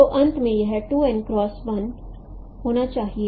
तो अंत में यह होना चाहिए